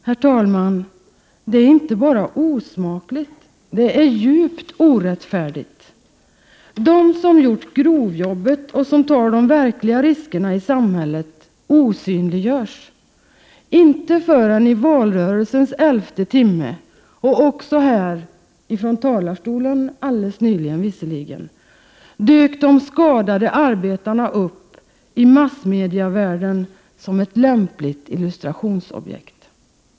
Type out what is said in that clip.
Herr talman! Det är inte bara osmakligt — det är djupt orättfärdigt. De som gör grovjobbet och som tar de verkliga riskerna i samhället osynliggörs. Inte förrän i valrörelsens elfte timme dök de skadade arbetarna upp i massmediavärlden som ett lämpligt illustrationsobjekt. De har också alldeles nyligen nämnts från kammarens talarstol.